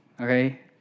okay